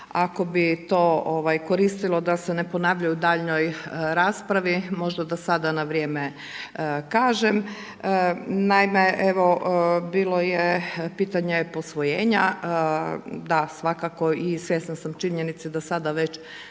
ako bi to koristilo da se ne ponavljaju u daljnjoj raspravi, možda da sada na vrijeme kažem. Naime, evo bilo je pitanje posvojenja, da svakako i svjesna sam činjenice da sada već